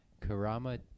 Karama